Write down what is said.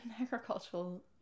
agricultural